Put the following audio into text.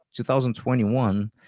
2021